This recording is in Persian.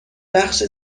بخش